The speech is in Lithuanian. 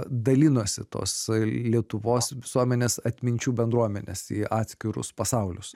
dalinosi tos lietuvos visuomenės atminčių bendruomenės į atskirus pasaulius